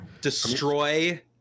Destroy